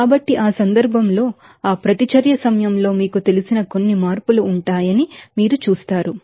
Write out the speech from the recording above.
కాబట్టి ఆ సందర్భంలో ఆ ప్రతిచర్య సమయంలో మీకు తెలిసిన కొన్ని మార్పులు ఉంటాయని మీరు చూస్తారు